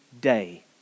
day